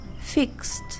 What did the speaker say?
fixed